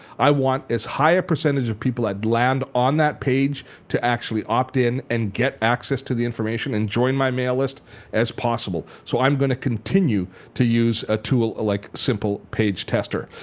i want as high a percentage of people that land on that page to actually opt in and get access to the information and join my mail list as possible. so i'm going to continue to use a tool like simple page tester.